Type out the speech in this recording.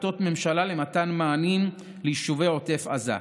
החלטות ממשלה למתן מענים ליישובי עוטף עזה.